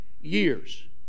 years